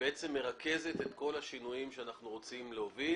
שבעצם מרכזת את כל השינויים שאנחנו רוצים להוביל.